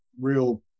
real